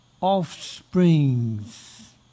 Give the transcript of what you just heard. offsprings